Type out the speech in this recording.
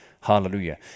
Hallelujah